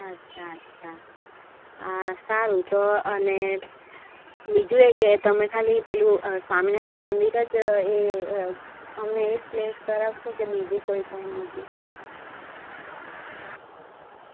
અચ્છા અચ્છા સારું તો અને બીજું એ કે તમે ખાલી પેલું સ્વામિનારાયણ મંદિર જ એ અમને એ જ પ્લેસ કરાવશો કે બીજી કોઈ